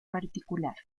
particular